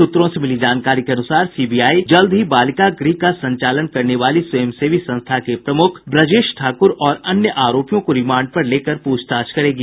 सूत्रों से मिली जानकारी के अनुसार सीबीआई जल्द ही बालिका गृह का संचालन करने वाली स्वयं सेवी संस्था के प्रमुख ब्रजेश ठाकुर और अन्य आरोपियों को रिमांड पर लेकर प्रछताछ करेगी